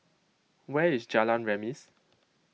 where is Jalan Remis